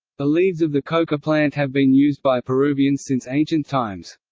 the leaves of the coca plant have been used by peruvians since ancient times.